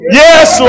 yes